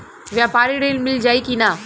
व्यापारी ऋण मिल जाई कि ना?